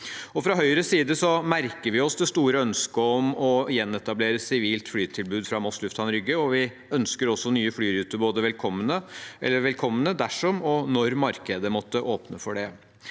Fra Høyres side merker vi oss det store ønsket om å gjenetablere sivilt flytilbud fra Moss lufthavn Rygge, og vi ønsker også nye flyruter velkommen dersom og når markedet måtte åpne for det.